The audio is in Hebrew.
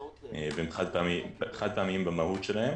הם חד-פעמיים במהות שלהם.